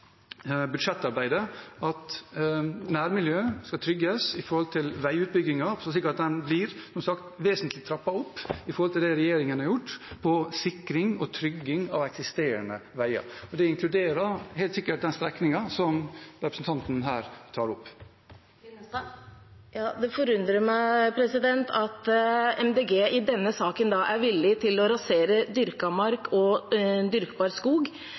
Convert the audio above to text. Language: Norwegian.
budsjettarbeidet, at nærmiljøet skal trygges ved veiutbygginger, slik at sikring og trygging av eksisterende veier blir, som sagt, vesentlig trappet opp i forhold til det regjeringen har gjort. Og det inkluderer helt sikkert den strekningen som representanten her tar opp. Det forundrer meg at Miljøpartiet De Grønne i denne saken er villig til å rasere dyrket mark og dyrkbar skog,